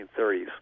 1930s